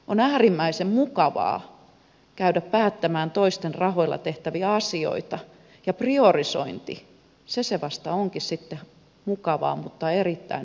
on äärimmäisen mukavaa käydä päättämään toisten rahoilla tehtäviä asioita ja priorisointi se se vasta onkin sitten mukavaa mutta erittäin haasteellista